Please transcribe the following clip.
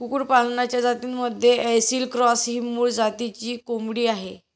कुक्कुटपालनाच्या जातींमध्ये ऐसिल क्रॉस ही मूळ जातीची कोंबडी आहे